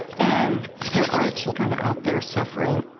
and there are children out there suffering.